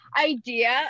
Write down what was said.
idea